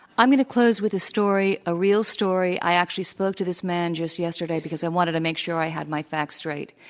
i'm going to close with a story, a real story. i actually spoke to this man just yesterday because i wanted to make sure i had my facts straight.